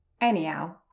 Anyhow